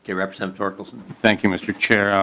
yeah representative torkelson thank you mr. chair.